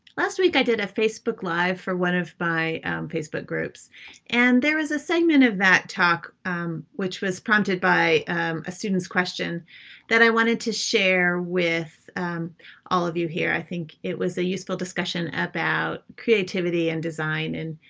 last week i did a facebook live for one of my facebook groups and there was a segment of that talk which was prompted by a student's question that i wanted to share with all of you here. i think it was a useful discussion about creativity and design and